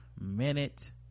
minute